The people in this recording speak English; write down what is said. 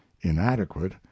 inadequate